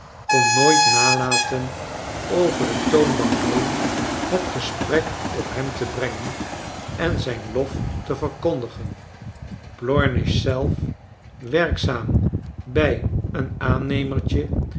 kon nooit nalaten over de toonbank heen het gesprek op hem te brengen en zijn lof te verkondigen plornish zelf werkzaam bij een aannemertje